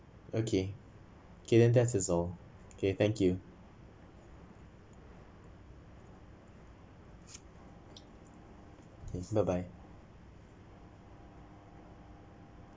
okay okay then that's all okay thank you bye bye